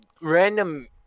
random